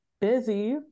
busy